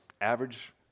average